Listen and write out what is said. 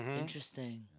Interesting